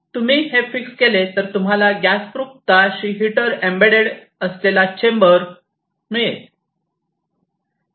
तुम्ही हे फिक्स केले तर तुम्हाला गॅस प्रूफ तळाशी हिटर एम्बईद्देड असलेला चेंबर मिळेल